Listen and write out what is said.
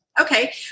Okay